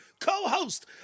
co-host